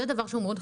זה מאוד חשוב.